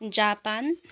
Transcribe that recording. Japan